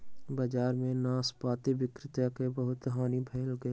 बजार में नाशपाती विक्रेता के बहुत हानि भेल